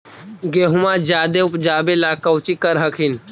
गेहुमा जायदे उपजाबे ला कौची कर हखिन?